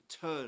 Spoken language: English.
turn